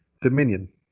dominion